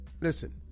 listen